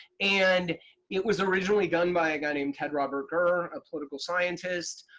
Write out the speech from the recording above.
and it was originally done by a guy named ted robert gurr, a political scientist.